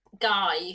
guy